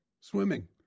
swimming